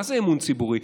מה זה אמון ציבורי?